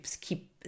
keep